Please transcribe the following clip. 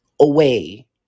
away